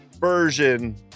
version